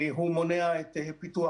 והוא מונע את פיתוח,